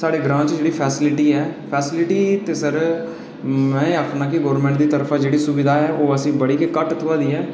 facility ते sir में आखना जेह्ड़ी गवर्नमैंट दी तरफा जेह्ड़ी सरकारी सुविधा ऐ ओह् असेंगी बड़ी गै घट्ट थोआ दी ऐ